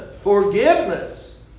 forgiveness